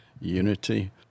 unity